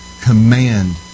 Command